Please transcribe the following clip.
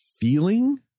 feeling